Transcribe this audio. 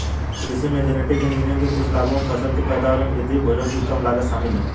कृषि में genetic engineering के कुछ लाभों में फसल की पैदावार में वृद्धि, भोजन की कम लागत शामिल हैं